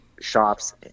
shops